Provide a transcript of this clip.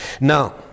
Now